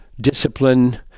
discipline